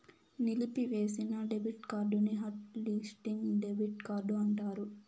నిలిపివేసిన డెబిట్ కార్డుని hot listing debit card అంటారు